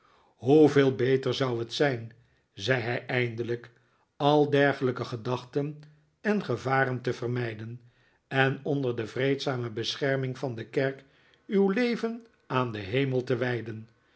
hoeveel beter zou het zijn zei hij eindelijk al dergelijke gedachten en gevaren te vermijden en onder de vreedzame bescherming van de kerk uw leven aan den hemel te wij